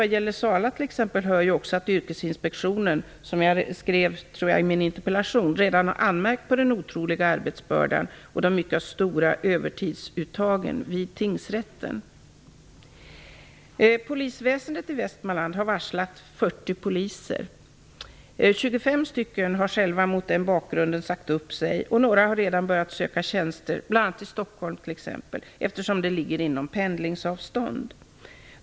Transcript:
Vad gäller t.ex. Sala gäller också att Yrkesinspektionen, som jag väl skrev i min interpellation, redan har anmärkt på den otroliga arbetsbördan och de mycket stora övertidsuttagen vid tingsrätten. Polisväsendet i Västmanland har varslat 40 poliser. 25 poliser har själva mot den bakgrunden sagt upp sig. Några har redan börjat söka tjänster - bl.a. i Stockholm, eftersom det ligger på pendlingsavstånd.